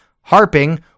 harping